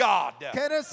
God